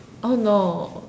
oh no